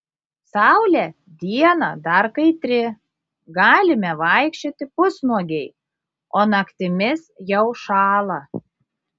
saulė dieną dar kaitri galime vaikščioti pusnuogiai o naktimis jau šąla